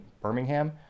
Birmingham